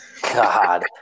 God